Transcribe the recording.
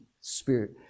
spirit